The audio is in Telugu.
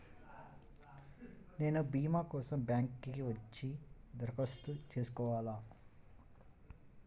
నేను భీమా కోసం బ్యాంక్కి వచ్చి దరఖాస్తు చేసుకోవాలా?